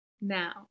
Now